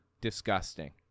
disgusting